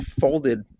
folded